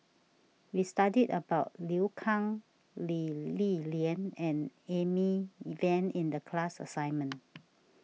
we studied about Liu Kang Lee Li Lian and Amy E Van in the class assignment